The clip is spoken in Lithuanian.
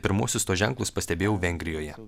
pirmuosius tuos ženklus pastebėjau vengrijoje